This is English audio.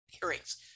hearings